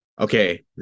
okay